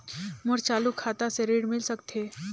मोर चालू खाता से ऋण मिल सकथे?